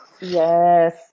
Yes